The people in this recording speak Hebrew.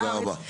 תודה רבה.